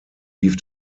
lief